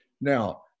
Now